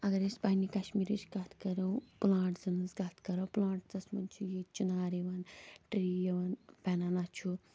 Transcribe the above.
اَگر أسۍ پنٛنہِ کشمیٖرٕچ کَتھ کَرو پٕلانٛٹسَن ہٕنٛز کَتھ کَرو پٕلانٛٹسَس منٛز چھُ ییٚتہِ چِنار یِوان ٹرٛی یِوان بٮ۪نٮ۪نا چھُ